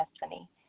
destiny